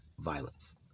Violence